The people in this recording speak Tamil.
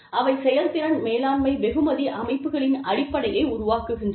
அவை செயல்திறன் மேலாண்மை வெகுமதி அமைப்புகளின் அடிப்படையை உருவாக்குகின்றன